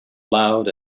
loud